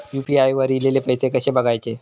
UPI वर ईलेले पैसे कसे बघायचे?